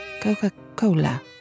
Coca-Cola